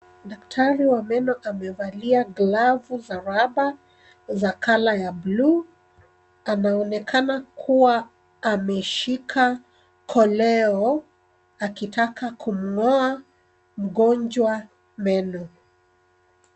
Daktari wa meno amevalia glavu za raba za colour ya blue. Anaonekana kuwa ameshika koleo akitaka kumng'oa mgonjwa meno.